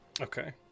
okay